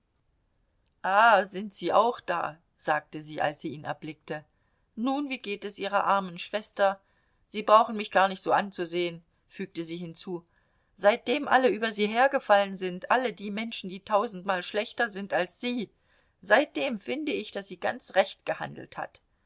ah sind sie auch da sagte sie als sie ihn erblickte nun wie geht es ihrer armen schwester sie brauchen mich gar nicht so anzusehen fügte sie hinzu seitdem alle über sie hergefallen sind alle die menschen die tausendmal schlechter sind als sie seitdem finde ich daß sie ganz recht gehandelt hat